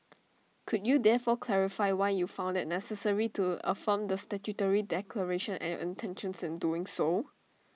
could you therefore clarify why you found IT necessary to affirm the statutory declaration and intentions in doing so